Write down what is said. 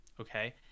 okay